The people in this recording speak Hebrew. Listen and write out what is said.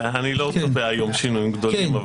אני לא צופה היום שינויים גדולים.